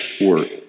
work